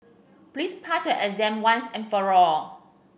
please pass your exam once and for all